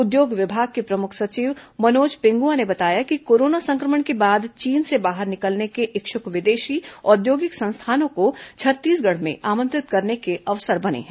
उद्योग विभाग के प्रमुख सचिव मनोज पिंगुआ ने बताया कि कोरोना संक्रमण के बाद चीन से बाहर निकलने के इच्छुक विदेशी औद्योगिक संस्थानों को छत्तीसगढ़ में आमंत्रित करने के अवसर बने हैं